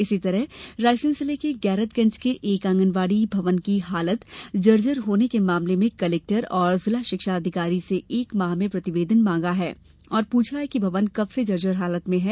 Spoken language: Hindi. इसी तरह रायसेन जिले के गैरतगंज के एक आंगनबाड़ी भवन की हालत जर्जर होने के मामले में कलेक्टर एवं जिला शिक्षा अधिकारी से एक माह में प्रतिवेदन तलब करते हुए पूछा है कि भवन कब से जर्जर हालत में है